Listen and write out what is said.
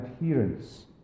adherence